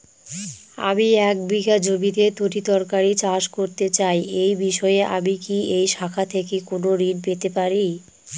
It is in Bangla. আমি এক বিঘা জমিতে তরিতরকারি চাষ করতে চাই এই বিষয়ে আমি কি এই শাখা থেকে কোন ঋণ পেতে পারি?